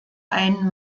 einen